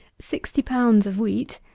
sixty pounds of wheat,